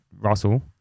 Russell